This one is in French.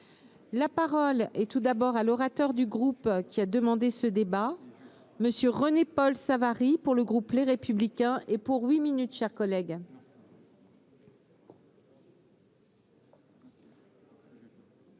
La parole et tout d'abord à l'orateur du groupe, qui a demandé ce débat monsieur René-Paul Savary pour le groupe Les Républicains et pour huit minutes chers collègues.